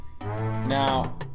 Now